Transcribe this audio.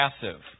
passive